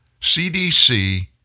CDC